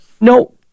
No